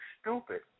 stupid